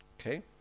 Okay